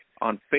on